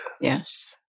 Yes